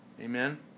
Amen